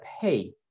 pay